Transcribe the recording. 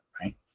right